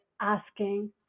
asking